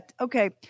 Okay